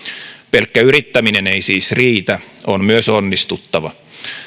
pelkkä yrittäminen ei siis riitä on myös onnistuttava